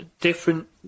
different